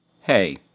Hey